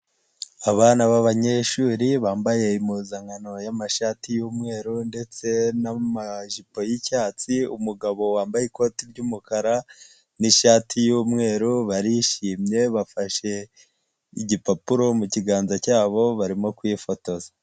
Abana babanyeshuri bambaye impuzankano yamashati y'umweru ndetse n'amajipo yicyatsi, umugabo wambaye ikoti ry'umukara n'ishati y'umweru, barishimye bafashe igipapuro mukiganza cyabo, barimo kwifotoza.